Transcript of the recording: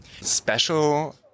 Special